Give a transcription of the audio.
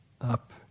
up